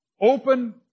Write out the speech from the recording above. Open